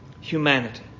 humanity